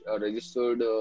registered